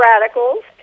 radicals